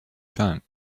time